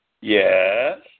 Yes